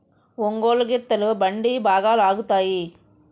ఒంగోలు గిత్తలు బండి బాగా లాగుతాయి